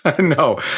No